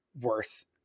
worse